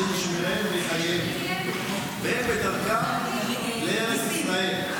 השם ישמרם ויחייהם, והם בדרכם לארץ ישראל.